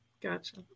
gotcha